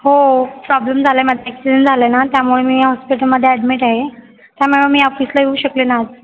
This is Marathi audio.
हो प्रॉब्लेम झाला आहे माझा ॲक्सिडंट झाला आहे ना त्यामुळे मी हॉस्पिटलमध्ये ॲडमिट आहे त्यामुळे मी ऑफिसला येऊ शकले नाही आज